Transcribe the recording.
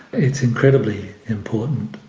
it's incredibly important.